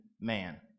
man